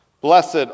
Blessed